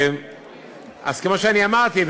אז כמו שאמרתי,